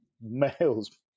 males